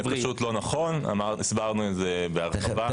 זה פשוט לא נכון, הסברנו את זה בהרחבה.